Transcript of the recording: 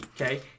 Okay